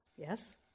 Yes